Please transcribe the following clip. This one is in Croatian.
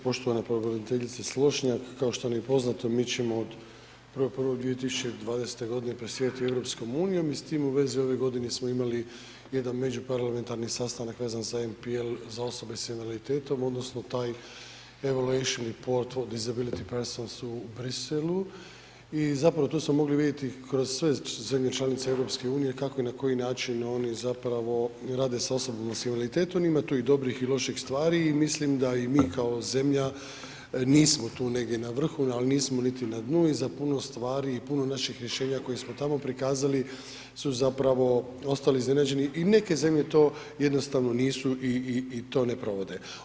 Poštovana pravobraniteljice Slošnjak, kao što vam je poznato, mi ćemo od 1.1.2020.g. presjedati EU i s tim u vezi ove godine smo imali jedan međuparlamentarni sastanak vezan za MPL za osobe s invaliditetom odnosno taj … [[Govornik se ne razumije]] u Briselu i zapravo tu smo mogli vidjeti kroz sve zemlje članice EU kako i na koji način oni zapravo rade s osobama s invaliditetom, ima tu i dobrih i loših stvari i mislim da i mi kao zemlja nismo tu negdje na vrhu, ali nismo niti na dnu i za puno stvari i puno naših rješenja koje smo tamo prikazali su zapravo ostali iznenađeni i neke zemlje to jednostavno nisu i to ne provode.